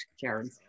Karen